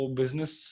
business